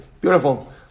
Beautiful